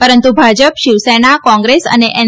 પરંતુ ભાજપ શિવસેના કોંગ્રેસ અને એન